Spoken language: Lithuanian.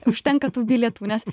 užtenka tų bilietų nes